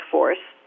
Force